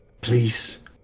Please